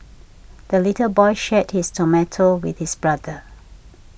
the little boy shared his tomato with his brother